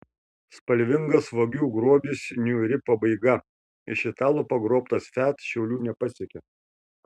spalvingas vagių grobis niūri pabaiga iš italo pagrobtas fiat šiaulių nepasiekė